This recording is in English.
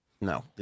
No